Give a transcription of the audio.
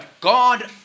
God